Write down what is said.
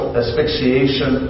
asphyxiation